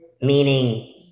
meaning